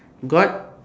god